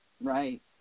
Right